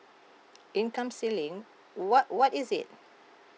income ceiling what what is it